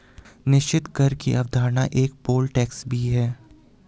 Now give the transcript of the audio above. निश्चित कर की अवधारणा का एक उदाहरण पोल टैक्स भी है